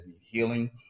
healing